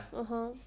mmhmm